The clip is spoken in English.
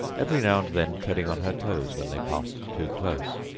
every now and then treading on her toes when they passed too close,